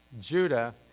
Judah